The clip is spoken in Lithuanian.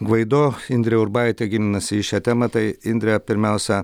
gvaido indrė urbaitė gilinasi į šią temą tai indre pirmiausia